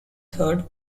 third